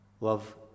Love